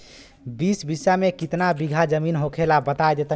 बीस बिस्सा में कितना बिघा जमीन होखेला?